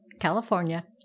California